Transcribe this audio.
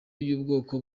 y’ubwoko